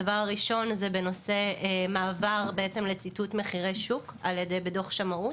הדבר הראשון זה המעבר לציטוט של מחירי שוק בדוחות השמאות.